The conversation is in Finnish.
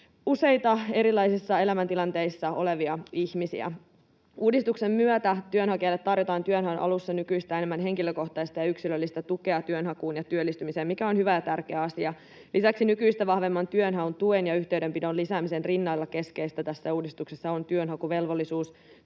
useita erilaisissa elämäntilanteissa olevia ihmisiä. Uudistuksen myötä työnhakijalle tarjotaan työnhaun alussa nykyistä enemmän henkilökohtaista ja yksilöllistä tukea työnhakuun ja työllistymiseen, mikä on hyvä ja tärkeä asia. Lisäksi nykyistä vahvemman työnhaun tuen ja yhteydenpidon lisäämisen rinnalla keskeistä tässä uudistuksessa on työnhakuvelvollisuus